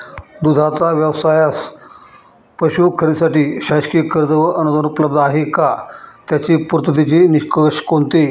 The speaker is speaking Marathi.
दूधाचा व्यवसायास पशू खरेदीसाठी शासकीय कर्ज व अनुदान उपलब्ध आहे का? त्याचे पूर्ततेचे निकष कोणते?